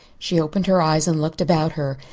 she opened her eyes and looked about her.